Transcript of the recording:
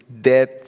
death